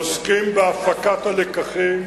עוסקים בהפקת הלקחים